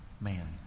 man